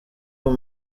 uwo